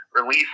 release